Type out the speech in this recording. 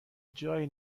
جایی